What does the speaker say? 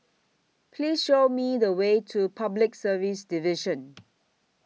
Please Show Me The Way to Public Service Division